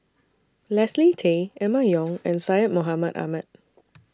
Leslie Tay Emma Yong and Syed Mohamed Ahmed